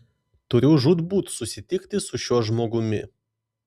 turiu žūtbūt susitikti su šiuo žmogumi